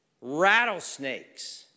rattlesnakes